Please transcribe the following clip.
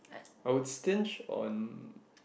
I would stinge on